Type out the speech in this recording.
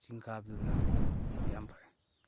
ꯆꯤꯡ ꯀꯥꯕꯗꯨꯅ ꯌꯥꯝ ꯐꯔꯦ